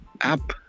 app